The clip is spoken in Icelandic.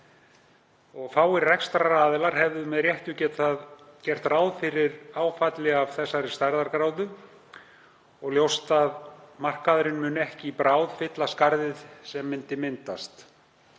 Fáir rekstraraðilar hefðu með réttu getað gert ráð fyrir áfalli af þessari stærðargráðu og ljóst að markaðurinn mun ekki í bráð fylla skarðið sem myndi myndast.